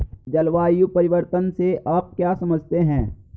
जलवायु परिवर्तन से आप क्या समझते हैं?